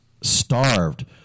starved